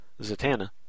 Zatanna